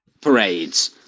parades